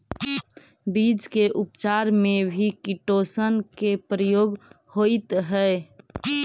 बीज के उपचार में भी किटोशन के प्रयोग होइत हई